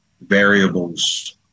variables